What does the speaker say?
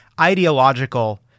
ideological